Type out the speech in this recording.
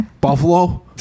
Buffalo